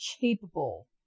capable